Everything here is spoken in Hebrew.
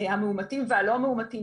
המאומתים והלא מאומתים,